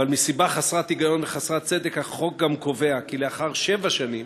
אבל מסיבה חסרת היגיון וחסרת צדק החוק גם קובע כי לאחר שבע שנים